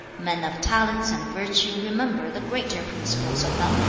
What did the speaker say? men of talents and virtue remember the greater principles of them,